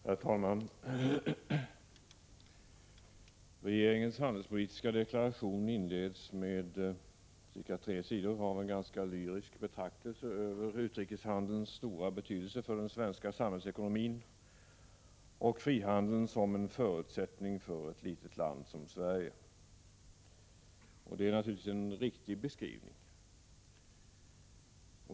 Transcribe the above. Herr talman! Regeringens handelspolitiska deklaration inleds med cirka tre sidor av en ganska lyrisk betraktelse över utrikeshandelns stora betydelse för den svenska samhällsekonomin och frihandeln som en förutsättning för ett litet land som Sverige. Det är naturligtvis en riktig beskrivning.